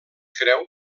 creu